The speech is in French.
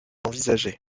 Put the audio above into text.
envisagée